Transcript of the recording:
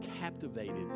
captivated